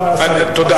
תודה.